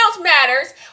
matters